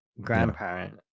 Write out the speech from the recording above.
grandparent